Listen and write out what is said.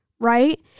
Right